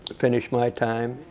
finished my time,